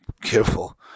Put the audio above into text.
careful